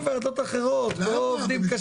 תשתעשע בוועדות אחרות, פה עובדים קשה.